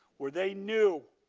where they knew